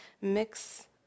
mix